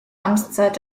amtszeit